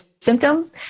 symptom